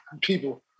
people